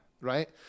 Right